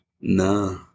Nah